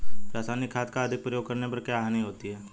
रासायनिक खाद का अधिक प्रयोग करने पर क्या हानि होती है?